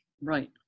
Right